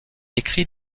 écrit